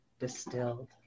Distilled